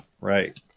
Right